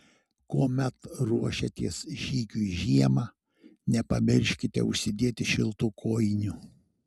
kuomet ruošiatės žygiui žiemą nepamirškite užsidėti šiltų kojinių